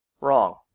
wrong